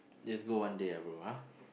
let's go one day ah bro ah